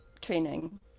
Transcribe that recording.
training